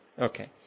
Okay